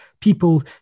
people